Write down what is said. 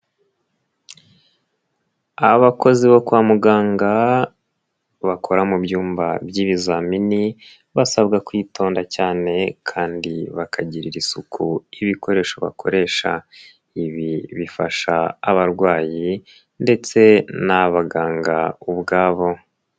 Abakozi bo kwa muganga bakora mu byumba by'ibizamini basabwa kwitonda cyane kandi bakagirira isuku ibikoresho bakoresha ibi bifasha abarwayi ndetse n'abaganga ubwabo.